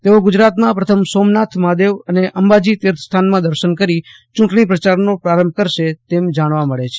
તેઓ ગુજરાતમાં પ્રથમ સોમનાથ મહાદેવ અને અંબાજી તીર્થ સ્થાનના દર્શન કરી ચુંટણી પ્રચારનો પ્રારંભ કરશે તેમ જાણવા મળે છે